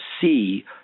see